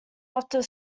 after